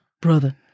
brother